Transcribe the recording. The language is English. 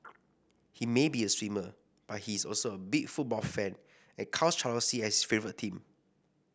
he may be a swimmer but he is also a big football fan and counts Chelsea as his favourite team